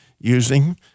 using